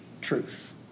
truth